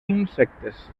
insectes